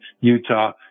Utah